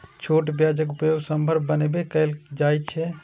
छोट प्याजक उपयोग सांभर बनाबै मे कैल जाइ छै